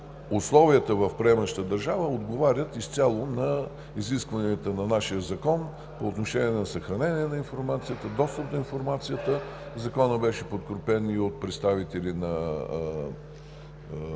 условията в приемаща държава отговарят изцяло на изискванията на нашия закон по отношение на съхранение на информацията и достъп до информацията. Законът беше подкрепен от представители на